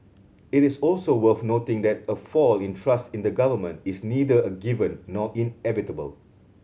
it is also worth noting that a fall in trust in the Government is neither a given nor inevitable